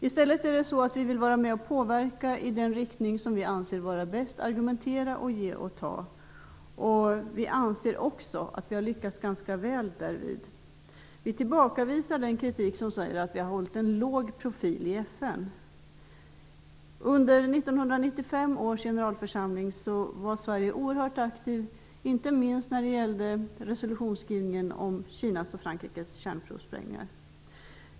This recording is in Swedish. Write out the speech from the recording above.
I stället är det så att vi vill vara med och påverka i den riktning som vi anser vara bäst, att argumentera, ge och ta. Vi anser också att vi har lyckats ganska väl med detta. Vi tillbakavisar den kritik som säger att vi har hållit en låg profil i FN. Under 1995 års generalförsamling var Sverige oerhört aktivt, inte minst när det gällde resolutionsskrivningen om Kinas och Frankrikes kärnprovsprängningar.